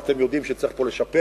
ואתם יודעים שצריך פה לשפר,